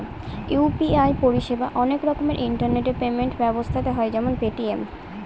UPI পরিষেবা অনেক রকমের ইন্টারনেট পেমেন্ট ব্যবস্থাতে হয় যেমন পেটিএম